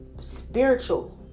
spiritual